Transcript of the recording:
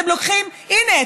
הינה,